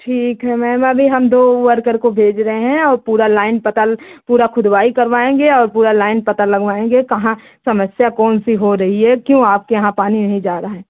ठीक है मैम अभी हम दो वर्कर को भेज रहे हैं और पूरी लाइन पता पूरा खुदवाई करवाएँगे और पूरी लाइन पता लगवाएँगे कहाँ समस्या कौन सी हो रही है क्यों आपके यहाँ पानी नहीं जा रहा है